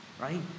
right